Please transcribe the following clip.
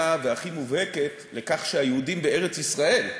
והכי מובהקת לכך שהיהודים בארץ-ישראל,